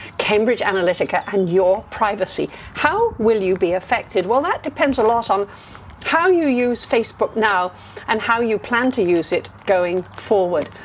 cambridge analytica and your privacy. how will you be affected? well, that depends a lot on how you use facebook now and how you plan to use it going forward.